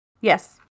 Yes